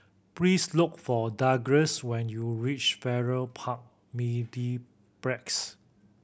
please look for Douglas when you reach Farrer Park Mediplex